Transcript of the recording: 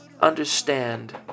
understand